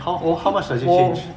我不我